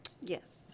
Yes